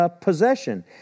possession